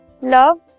love